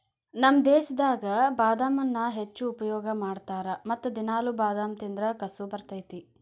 ನಮ್ಮ ದೇಶದಾಗ ಬಾದಾಮನ್ನಾ ಹೆಚ್ಚು ಉಪಯೋಗ ಮಾಡತಾರ ಮತ್ತ ದಿನಾಲು ಬಾದಾಮ ತಿಂದ್ರ ಕಸು ಬರ್ತೈತಿ